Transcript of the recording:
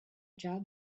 job